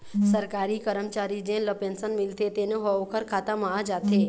सरकारी करमचारी जेन ल पेंसन मिलथे तेनो ह ओखर खाता म आ जाथे